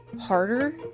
harder